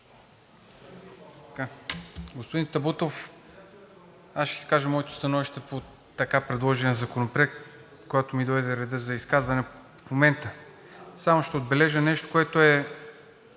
аз ще изкажа моето становище по така предложения законопроект, когато ми дойде редът за изказване. В момента само ще отбележа нещо, което е